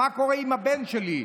מה קורה עם הבן שלי.